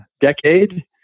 Decade